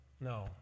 No